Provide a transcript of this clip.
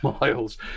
miles